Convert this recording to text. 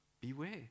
Beware